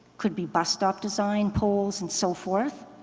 could be bus stop design, poles and so forth,